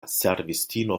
servistino